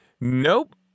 Nope